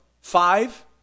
five